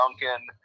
Duncan